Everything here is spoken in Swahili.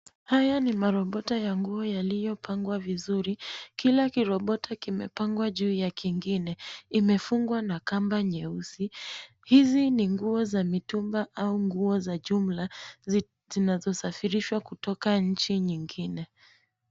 Haya ni marombota ya nguo yaliyopangwa vizuri. Kila kirombota kimepangwa juu ya kingine. Imefungwa na kamba nyeusi. Hizi ni nguo za mitumba au nguo za jumla, zinazosafirishwa kutoka nchi nyingine.